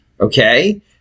Okay